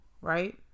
right